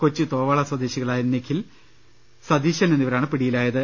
കൊച്ചുതോവാള സ്വദേശികളായ നിഖിൽ സതീശൻ എന്നിവരാണ് പിടിയിലായത്